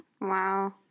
Wow